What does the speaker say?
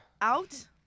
Out